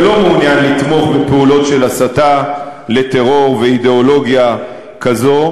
ולא מעוניין לתמוך בפעולות של הסתה לטרור ואידיאולוגיה כזו,